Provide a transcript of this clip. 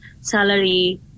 salary